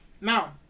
Now